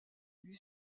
lui